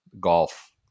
golf